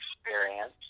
experience